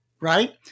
Right